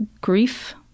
grief